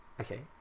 Okay